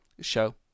show